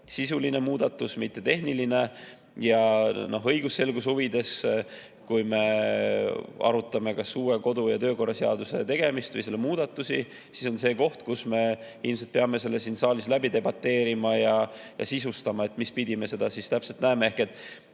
sisuline muudatus, mitte tehniline. Õigusselguse huvides: kui me arutame kas uue kodu‑ ja töökorra seaduse tegemist või selle muudatusi, siis on see koht, kus me ilmselt peame selle siin saalis läbi debateerima ja sisustama, mis pidi me seda täpselt näeme. Ehk